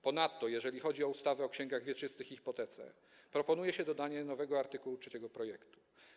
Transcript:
Ponadto, jeżeli chodzi o ustawę o księgach wieczystych i hipotece, proponuje się dodanie nowego art. 3 w projekcie.